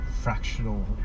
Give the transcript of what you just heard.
fractional